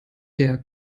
der